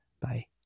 Bye